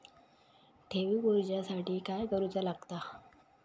ठेवी करूच्या साठी काय करूचा लागता?